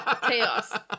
Chaos